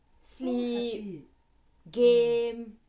sleep game